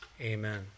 Amen